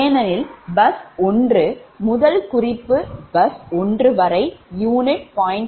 ஏனெனில் பஸ் 1 முதல் குறிப்பு பஸ் 1 வரை யூனிட் 0